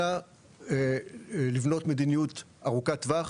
אלא לבנות מדיניות ארוכת טווח